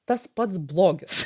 tas pats blogis